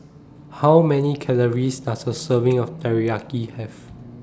How Many Calories Does A Serving of Teriyaki Have